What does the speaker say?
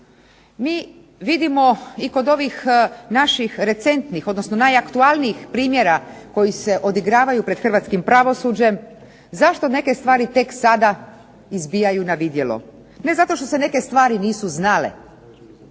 Mi vidimo i kod ovih naših recentnih odnosno najaktualnijih primjera koji se odigravaju pred hrvatskim pravosuđem zašto neke stvari tek sada izbijaju na vidjelo. Ne zato što se neke stvari nisu znale